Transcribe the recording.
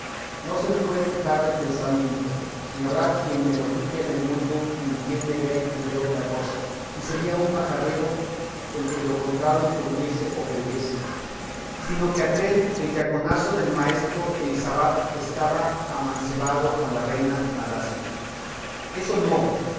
no se me puede quitar del pensamiento ni habrá quien me lo quite en el mundo ni quien me dé a entender otra cosa y sería un majadero el que lo contrario entendiese o creyese sino que aquel bellaconazo del maestro elisabat estaba amancebado con la reina madésima eso no